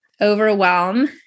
overwhelm